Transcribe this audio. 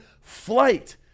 flight